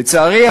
לצערי,